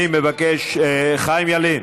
אני מבקש, חיים ילין,